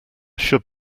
should